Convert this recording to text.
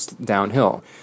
downhill